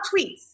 tweets